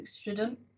student